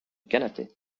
canapé